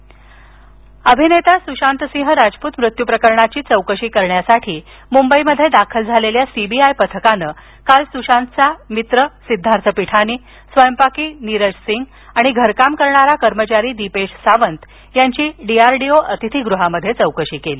सुशांत अभिनेता सुशांतसिंग राजपूत मृत्यू प्रकरणाची चौकशी करण्यासाठी मुंबईमध्ये आलेल्या सीबीआय पथकानं काल सुशांतचा मीटर सिद्धार्थ पिठानी स्वयंपाकी नीरज सिंग आणि घरकाम करणारं कर्मचारी दीपेश सावंत यांची डीआरडीओ अतिथीगृहामध्ये चौकशी केली